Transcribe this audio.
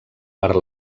per